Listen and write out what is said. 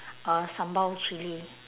uh sambal chilli